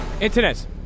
Internet